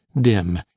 dim